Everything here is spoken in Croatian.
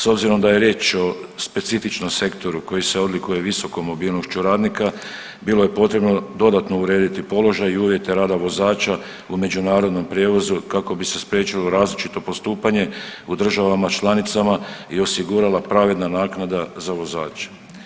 S obzirom da je riječ o specifičnom sektoru koji se odlikuje visokom mobilnošću radnika, bilo je potrebno dodatno urediti položaj i uvjete rada vozača u međunarodnom prijevozu kako bi se spriječilo različito postupanje u državama članicama i osigurala pravedna naknada za vozače.